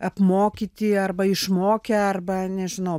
apmokyti arba išmokę arba nežinau